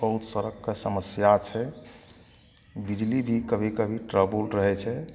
बहुत सड़कके समस्या छै बिजली भी कभी कभी ट्रबुल रहै छै